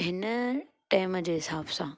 हिन टेम जे हिसाब सां